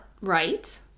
right